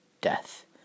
death